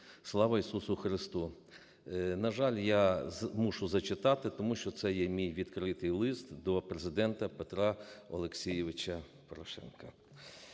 слава Ісусу Христу! На жаль, я мушу зачитати, тому що це є мій відкритий лист до Президента Петра Олексійовича Порошенка.